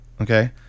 Okay